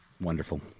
Wonderful